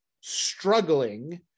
struggling